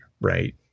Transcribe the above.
right